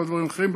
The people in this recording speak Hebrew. לא דברים אחרים,